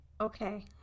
Okay